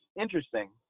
interesting